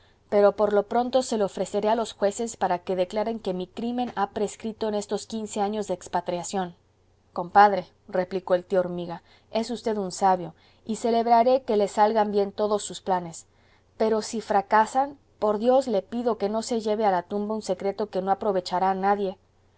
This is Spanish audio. pero por lo pronto se lo ofreceré a los jueces para que declaren que mi crimen ha prescrito en estos quince años de expatriación compadre replicó el tío hormiga es usted un sabio y celebraré que le salgan bien todos sus planes pero si fracasan por dios le pido que no se lleve a la tumba un secreto que no aprovechará a nadie